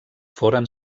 foren